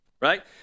right